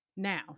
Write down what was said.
Now